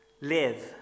live